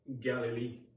Galilee